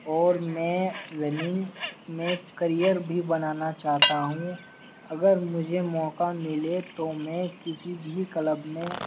اور میں رننگ میں کریئر بھی بنانا چاہتا ہوں اگر مجھے موقع ملے تو میں کسی بھی کلب میں